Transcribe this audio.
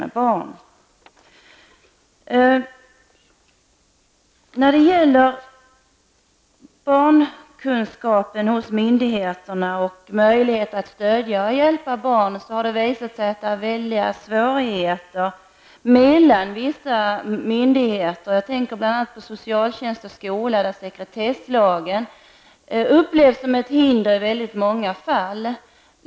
När det gäller myndigheternas barnkunskap och deras möjligheter att hjälpa och stödja barn har det visat sig vara mycket stora svårigheter mellan vissa myndigheter. Jag tänker bl.a. på samarbetet mellan socialtjänst och skola, där sekretesslagen i många fall upplevs som ett hinder.